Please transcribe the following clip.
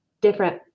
different